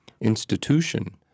institution